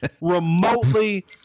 remotely